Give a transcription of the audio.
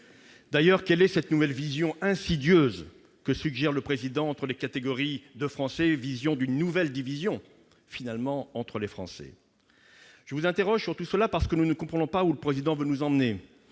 D'ailleurs, quelle est cette nouvelle division insidieuse que suggère le Président entre les catégories de Français, vision d'une nouvelle division, finalement, entre les Français ? Je vous interroge sur tout cela parce que nous ne comprenons pas où le Président veut nous emmener,